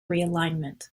realignment